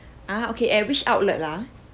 ah okay at which outlet ah